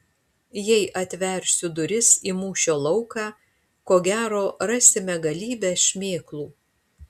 jei atversiu duris į mūšio lauką ko gero rasime galybę šmėklų